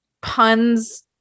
Puns